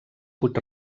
puig